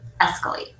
escalate